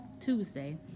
Tuesday